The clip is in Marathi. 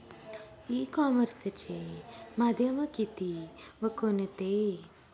ई कॉमर्सचे माध्यम किती व कोणते?